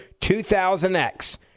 2000X